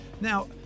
Now